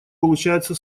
получается